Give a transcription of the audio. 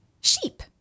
sheep